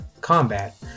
combat